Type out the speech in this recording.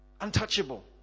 Untouchable